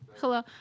Hello